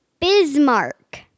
Bismarck